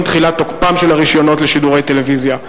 תחילת תוקפם של הרשיונות לשידורי טלוויזיה.